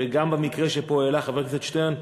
הרי גם במקרה שהעלה פה חבר הכנסת שטרן,